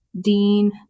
Dean